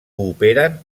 cooperen